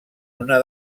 una